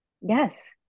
Yes